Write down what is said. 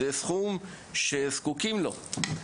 זה סכום שזקוקים לו.